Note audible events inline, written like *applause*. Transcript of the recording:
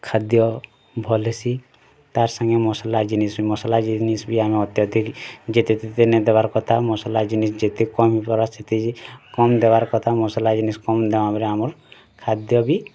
ଖାଦ୍ୟ ଭଲସି ତାର୍ ସାଙ୍ଗେ ମସଲା ଜିନିଷ୍ ମସଲା ଜିନିଷ୍ ବି ଆମର ଅତ୍ୟଧିକ ଯେତେ *unintelligible* ଦେନେ ଦବାର କଥା ମସଲା ଜିନିଷ୍ ଯେତେ କମ୍ ଦ୍ୱାରା ସେତିକି କମ୍ ଦେବାର୍ କଥା ମସଲା ଜିନିଷ କମ୍ ଦାମ୍ ରେ ଆମର ଖାଦ୍ୟ ବି